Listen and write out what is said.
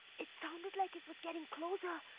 it sounded like it was getting closer,